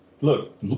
look